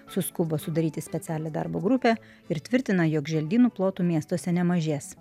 suskubo sudaryti specialią darbo grupę ir tvirtina jog želdynų plotų miestuose nemažės